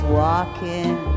walking